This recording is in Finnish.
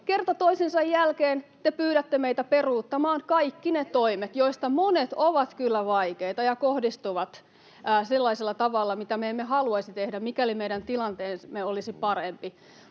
kerta toisensa jälkeen te pyydätte meitä peruuttamaan kaikki ne toimet, joista monet ovat kyllä vaikeita ja kohdistuvat sellaisella tavalla, mitä me emme haluaisi tehdä, mikäli meidän tilanteemme olisi parempi.